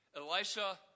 Elisha